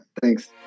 thanks